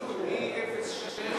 מ-0.6